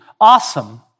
Awesome